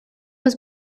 was